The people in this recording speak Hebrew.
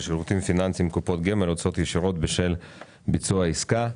שירותים פיננסיים (קופות גמל הוצאות ישירות בשל ביצוע עסקה).